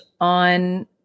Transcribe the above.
on